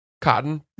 Cotton